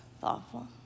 thoughtful